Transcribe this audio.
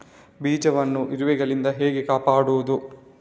ಬೀಜವನ್ನು ಇರುವೆಗಳಿಂದ ಹೇಗೆ ಕಾಪಾಡುವುದು?